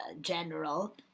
General